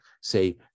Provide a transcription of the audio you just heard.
say